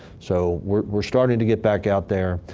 so we're starting to get back out there,